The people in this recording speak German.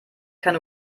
keine